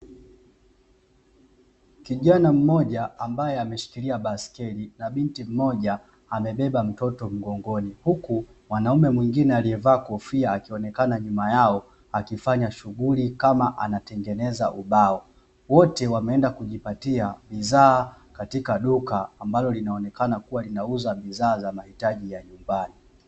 Kijana mmoja ambaye ameshikilia baiskeli na binti mmoja amebeba mtoto mgongoni, huku mwanaume mwingine aliyevaa kofia akionekana nyuma yao akifanya shughuli kama anatengeneza ubao. Wote wameenda kujipatia bidhaa katika duka ambalo linaonekana kuwa linauza bidhaa za mahitaji ya nyumbani.